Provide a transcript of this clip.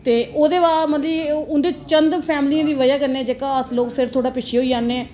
ते ओहदे बाद मतलब कि उंदे चंद फैंमली दी बजह कन्नै जेहका अस लोक फिर थोह्डे़ पिच्छे होई जन्ने